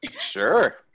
Sure